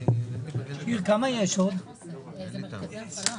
פנייה תקציבית להעברת עודפים מסעיף